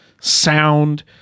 sound